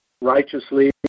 righteously